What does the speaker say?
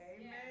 Amen